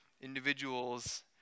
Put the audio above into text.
individuals